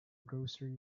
grocery